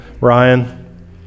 Ryan